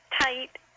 tight